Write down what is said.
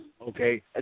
okay